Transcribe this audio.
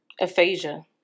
aphasia